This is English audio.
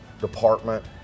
department